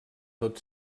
tot